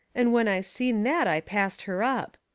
and when i seen that i passed her up.